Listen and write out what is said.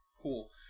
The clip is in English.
cool